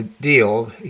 deal